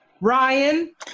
Ryan